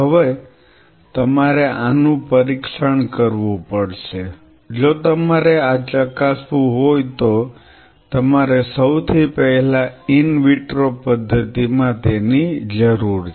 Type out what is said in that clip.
હવે તમારે આનું પરીક્ષણ કરવું પડશે જો તમારે આ ચકાસવું હોય તો તમારે સૌથી પહેલા ઈન વિટ્રો પદ્ધતિ માં તેની જરૂર છે